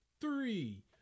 Three